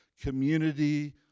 community